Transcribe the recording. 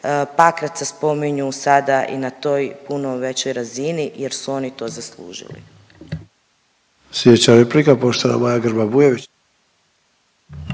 Pakraca spominju sada i na toj puno većoj razini jer su oni to zaslužili.